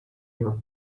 your